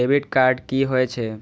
Debit card की होय छे?